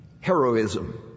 heroism